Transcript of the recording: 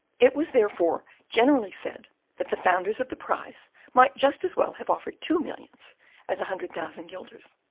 it was, therefore, generally said that the founders of the prize might just as well have offered two millions as a hundred thousand guilders,